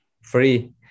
Free